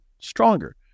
stronger